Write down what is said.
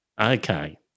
Okay